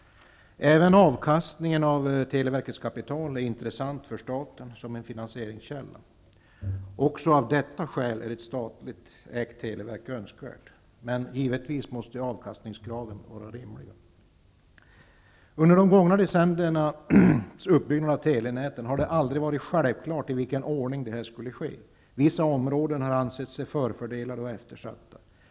Även avkastningen av televerkets kapital är intressant för staten som en finansieringskälla. Också av detta skäl är ett statligt ägt televerk önskvärt. Men givetvis måste avkastningskraven vara rimliga. I samband med de gångna decenniernas uppbyggnad av telenätet har det aldrig varit självklart i vilken ordning det här skulle ske. Vissa områden har ansetts vara förfördelade och eftersatta.